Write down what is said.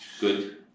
Good